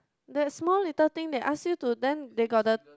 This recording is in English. that small little thing they ask you to then they got the